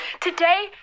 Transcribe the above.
Today